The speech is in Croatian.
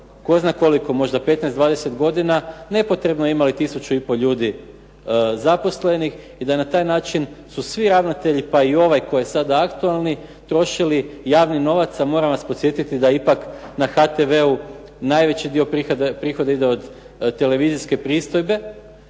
tko zna koliko, možda 15, 20 godina, nepotrebno imali tisuću i pol ljudi zaposlenih i da na taj način su svi ravnatelji pa i ovaj koji je sada aktualni trošili javni novac, a moram vas podsjetiti da ipak na HTV-u najveći dio prihoda ide od televizijske pristojbe